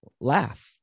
laugh